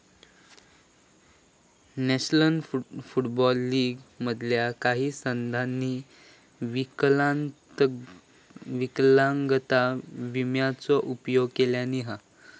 national football league मधल्या काही संघांनी विकलांगता विम्याचो उपयोग केल्यानी हा